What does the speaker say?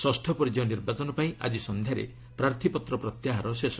ଷଷ୍ଠ ପର୍ଯ୍ୟାୟ ନିର୍ବାଚନ ପାଇଁ ଆଜି ସନ୍ଧ୍ୟାରେ ପ୍ରାର୍ଥୀପତ୍ର ପ୍ରତ୍ୟାହାର ଶେଷ